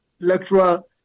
electoral